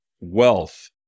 wealth